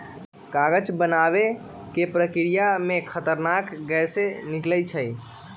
कागज बनाबे के प्रक्रिया में खतरनाक गैसें से निकलै छै